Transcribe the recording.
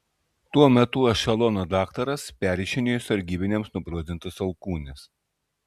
tuo metu ešelono daktaras perrišinėjo sargybiniams nubrozdintas alkūnes